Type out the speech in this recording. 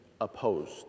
opposed